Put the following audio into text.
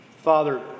Father